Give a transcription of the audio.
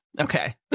Okay